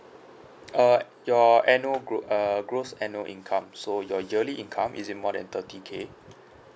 uh your annual gro~ uh gross annual income so your yearly income is it more than thirty K